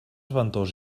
ventós